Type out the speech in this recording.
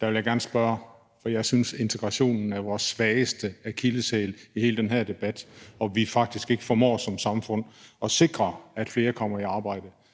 Der vil jeg gerne spørge om en ting, for jeg synes, at integrationen af vores svageste akilleshæl i hele den her debat, og at vi som samfund faktisk ikke formår at sikre, at flere kommer i arbejde.